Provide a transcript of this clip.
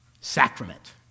Sacrament